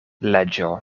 leĝo